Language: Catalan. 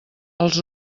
els